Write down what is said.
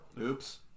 Oops